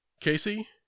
Casey